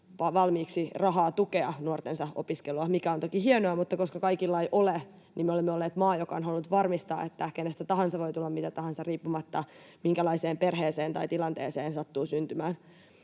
valmiiksi rahaa tukea nuortensa opiskelua — mikä on toki hienoa, mutta koska kaikilla ei ole, niin me olemme olleet maa, joka on halunnut varmistaa, että kenestä tahansa voi tulla mitä tahansa, riippumatta siitä, minkälaiseen perheeseen tai tilanteeseen sattuu syntymään.